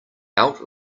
out